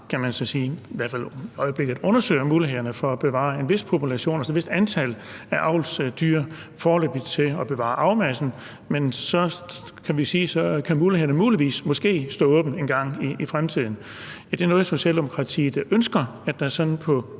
i hvert fald i øjeblikket undersøge muligheden for at bevare en vis population, altså et vist antal avlsdyr. Det er foreløbig for at bevare arvemassen, og så kan vi sige, at muligheden for det måske kan stå åben engang i fremtiden. Er det noget, Socialdemokratiet ønsker, altså at der sådan på